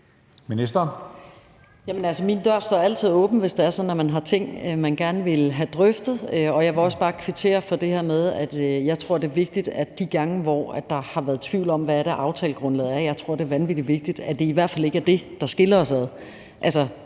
Min dør står altid åben, hvis det er sådan, at der er ting, man gerne vil have drøftet. Jeg vil også bare kvittere for det her med, at de gange, hvor der har været tvivl om, hvad aftalegrundlaget er, er det vanvittig vigtigt, at det i hvert fald ikke er det, der skiller os ad.